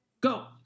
Go